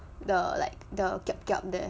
the like the kiap kiap there